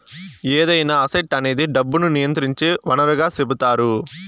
ఏదైనా అసెట్ అనేది డబ్బును నియంత్రించే వనరుగా సెపుతారు